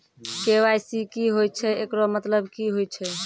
KYC की होय छै, एकरो मतलब की होय छै?